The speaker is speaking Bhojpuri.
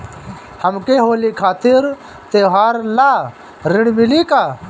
हमके होली खातिर त्योहार ला ऋण मिली का?